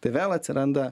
tai vėl atsiranda